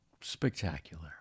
spectacular